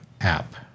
app